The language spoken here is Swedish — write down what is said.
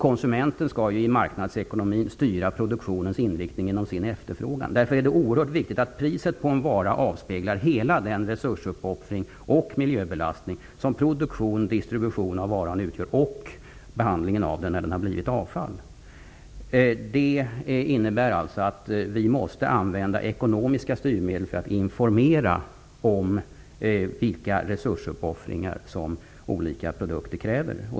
Konsumenten skall ju i en marknadsekonomi styra produktionens inriktning genom sin efterfrågan. Därför är det oerhört viktigt att priset på en vara avspeglar hela den resursuppoffring och miljöbelastning som produktion och distribution av varan och omhändertagandet av den när den har blivit avfall medför. Det innebär att vi måste använda ekonomiska styrmedel för att informera om vilka resursuppoffringar som olika produkter kräver.